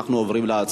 אנחנו עוברים להצבעה.